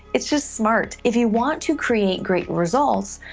it's just smart. if you want to create great results,